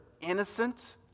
innocent